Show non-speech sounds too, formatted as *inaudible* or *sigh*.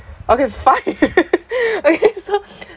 okay fine *laughs* okay so